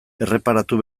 erreparatu